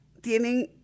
tienen